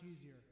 easier